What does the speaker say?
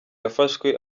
yafashwe